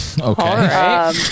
Okay